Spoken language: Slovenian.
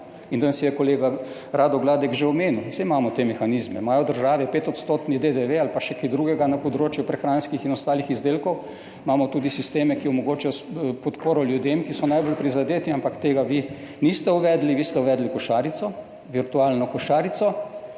Danes je kolega Rado Gladek že omenil, saj imamo te mehanizme, države imajo 5-odstotni DDV ali pa še kaj drugega na področju prehranskih in ostalih izdelkov, imamo tudi sisteme, ki omogočajo podporo ljudem, ki so najbolj prizadeti, ampak tega vi niste uvedli, vi ste uvedli košarico, virtualno košarico